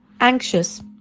anxious